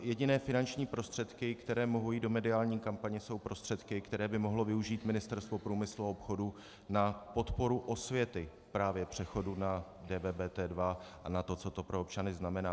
Jediné finanční prostředky, které mohou jít do mediální kampaně, jsou prostředky, které by mohlo využít Ministerstvo průmyslu a obchodu na podporu osvěty právě přechodu na DVBT2 a na to, co to pro občany znamená.